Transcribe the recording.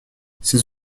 ses